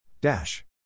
Dash